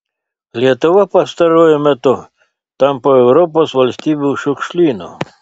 lietuva pastaruoju metu tampa europos valstybių šiukšlynu